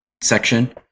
section